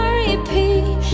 repeat